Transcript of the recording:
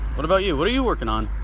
what about you? what are you working on?